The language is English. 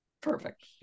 Perfect